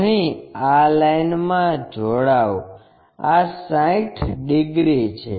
અહીં આ લાઇનમાં જોડાઓ આ 60 ડિગ્રી છે